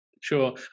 Sure